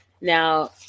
Now